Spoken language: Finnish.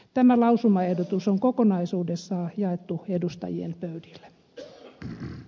tämä lausumaehdotus on kokonaisuudessaan jaettu edustajien pöydille